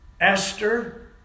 Esther